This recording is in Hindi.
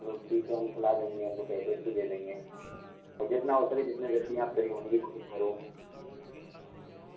चलो ठीक है हम खिला देंगे उनको टैबलेट भी भी दे देंगे जितना हो सके जितना जल्दी फ्री होने की कोशिश करो